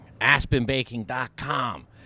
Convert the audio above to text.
AspenBaking.com